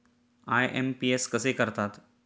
IMPS कसे करतात?